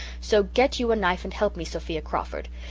so get you a knife and help me, sophia crawford.